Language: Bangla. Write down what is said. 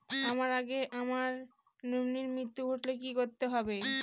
আমার আগে আমার নমিনীর মৃত্যু ঘটলে কি করতে হবে?